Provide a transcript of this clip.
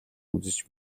үзэж